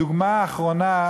הדוגמה האחרונה,